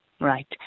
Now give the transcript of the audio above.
right